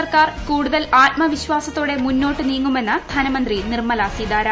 സർക്കാർ കൂടുതൽ ആത്മവ്വിശ്വാസത്തോടെ മുന്നോട്ട് നീങ്ങുമെന്ന് ധനമന്ത്രി നിർമ്മല സീതാരാമൻ